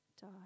die